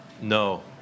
No